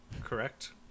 Correct